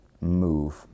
move